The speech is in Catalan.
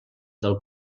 del